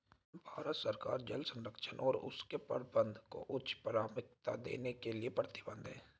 भारत सरकार जल संरक्षण और उसके प्रबंधन को उच्च प्राथमिकता देने के लिए प्रतिबद्ध है